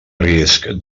risc